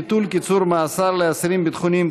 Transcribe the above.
ביטול קיצור מאסר לאסירים ביטחוניים),